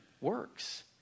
works